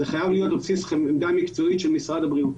זאת חייבת להיות עמדה מקצועית של משרד הבריאות.